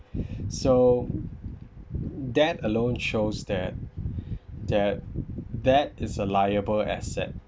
so that alone shows that that that is a liable asset